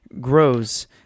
grows